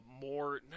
more